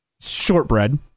Shortbread